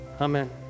Amen